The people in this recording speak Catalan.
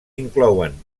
inclouen